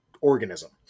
organism